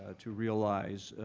ah to realize.